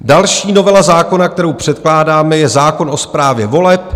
Další novela zákona, kterou předkládáme, je zákon o správě voleb.